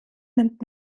nimmt